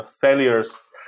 failures